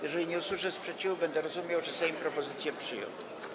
Jeżeli nie usłyszę sprzeciwu, będę rozumiał, że Sejm propozycję przyjął.